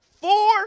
four